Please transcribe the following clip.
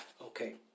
Okay